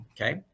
okay